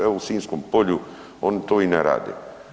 Evo u Sinjskom polju, oni to i ne rade.